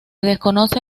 desconoce